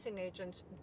agents